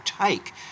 take